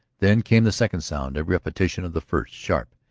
then came the second sound, a repetition of the first, sharp,